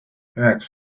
üheks